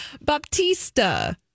Baptista